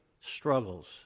struggles